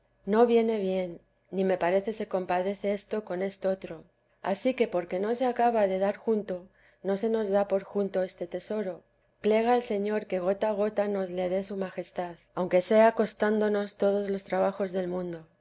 no viene bien ni me parece se compadece esto con estotro ansí que porque no se acaba de dar junto no se nos da por junto este tesoro plega al señor que gota a gota nos le dé su majestad aunque sea costándonos todos los traba vida de